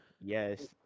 Yes